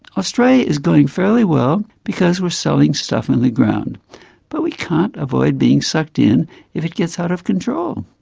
australia is going fairly fairly well because we're selling stuff in the ground but we can't avoid being sucked in if it gets out of control.